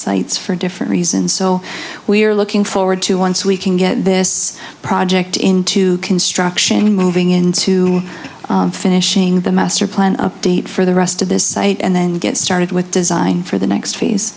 sites for different reasons so we're looking forward to once we can get this project into construction moving into finishing the master plan update for the rest of this site and then get started with design for the next phase